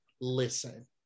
listen